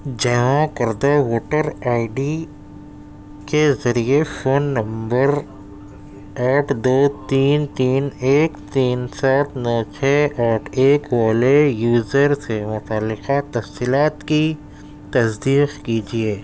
جمع کردہ voter I D کے ذریعے فون نمبر ایٹ دو تین تین ایک تین سات نو چھ آٹھ ایک والے یوزر سے متعلقہ تفصیلات کی تصدیق کیجیے